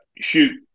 shoot